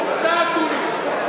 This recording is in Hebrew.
אתה אקוניס,